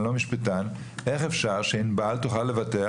אני לא משפטן איך אפשר שענבל תוכל לבטח